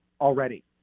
already